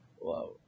Wow